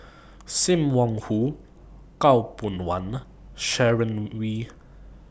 SIM Wong Hoo Khaw Boon Wan Sharon Wee